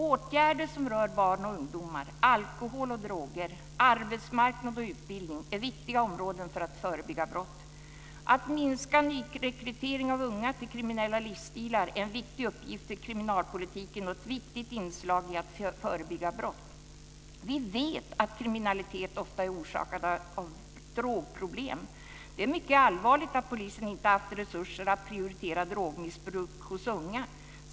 Åtgärder som rör barn och ungdomar, alkohol och droger, arbetsmarknad och utbildning är viktiga områden för att förebygga brott. Att minska nyrekrytering av unga till kriminella livsstilar är en viktig uppgift för kriminalpolitiken och ett viktigt inslag i att förebygga brott. Vi vet att kriminalitet ofta är orsakad av drogproblem. Det är mycket allvarligt att polisen inte har haft resurser att prioritera drogmissbruk hos unga.